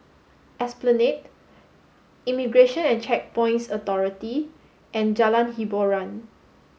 Esplanade Immigration and Checkpoints Authority and Jalan Hiboran